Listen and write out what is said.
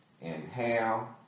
Inhale